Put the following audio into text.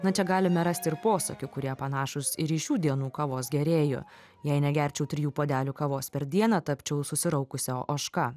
na čia galime rasti ir posakių kurie panašūs ir į šių dienų kavos gerėjų jei negerčiau trijų puodelių kavos per dieną tapčiau susiraukusi ožka